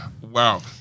Wow